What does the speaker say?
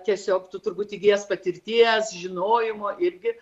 tiesiog tu turbūt įgijęs patirties žinojimo irgi